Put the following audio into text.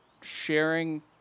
sharing